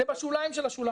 בשוליים של השוליים.